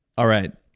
all right.